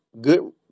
good